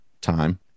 time